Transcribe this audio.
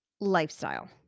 lifestyle